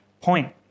point